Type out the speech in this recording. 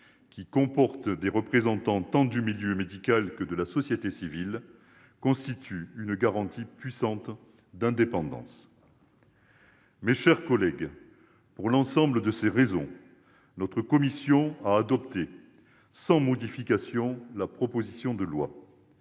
qui comporte des représentants tant du milieu médical que de la société civile, constitue une garantie puissante d'indépendance. Mes chers collègues, pour l'ensemble de ces raisons, notre commission a adopté sans modification la proposition de loi.